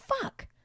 fuck